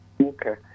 Okay